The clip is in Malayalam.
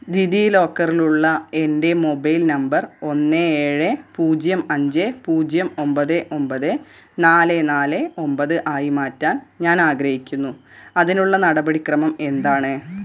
ജിതിലോക്കറിലുള്ള എൻ്റെ മൊബൈൽ നമ്പർ ഒന്ന് ഏഴ് പൂജ്യം അഞ്ച് പൂജ്യം ഒമ്പത് ഒമ്പത് നാല് നാല് ഒമ്പത് ആയി മാറ്റാൻ ഞാനാഗ്രഹിക്കുന്നു അതിനുള്ള നടപടിക്രമം എന്താണ്